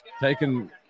taken